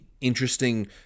interesting